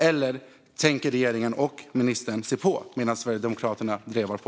Eller tänker regeringen och ministern se på medan Sverigedemokraterna drevar på?